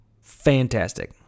Fantastic